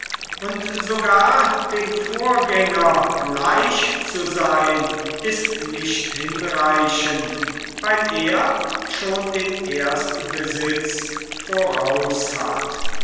und sogar dem vorgänger gleich zu seyn ist nicht hinreichend weil er schon den erstbesitz voraus hat